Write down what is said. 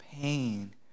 pain